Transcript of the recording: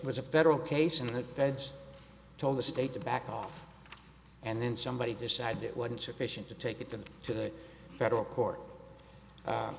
was a federal case and the feds told the state to back off and then somebody decided it wasn't sufficient to take him to the federal court